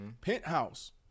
Penthouse